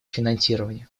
финансирования